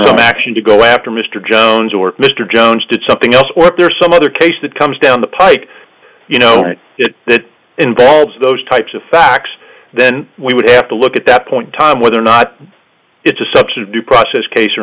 took action to go after mr jones or mr jones did something else or if there are some other case that comes down the pike you know that involves those types of facts then we would have to look at that point time whether or not it's a subset of due process case or